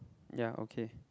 ya okay